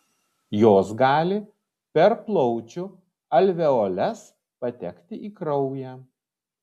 jos gali per plaučių alveoles patekti į kraują